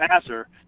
passer